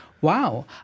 wow